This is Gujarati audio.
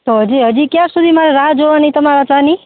તો હજી હજી ક્યાં સુધી મારે રાહ જોવાની તમારા ચા ની